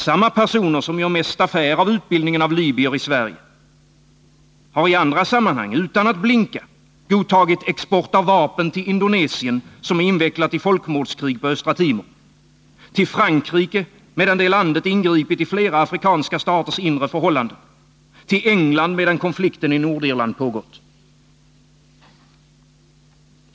Samma personer som gör mest affär av utbildningen av libyer i Sverige har i andra sammanhang utan att blinka godtagit export av vapen till Indonesien, som är invecklat i folkmordskrig på Östra Timor, till Frankrike, medan det landet ingripit i flera afrikanska staters inre förhållanden, till England, medan konflikten i Nordirland pågått.